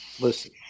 listen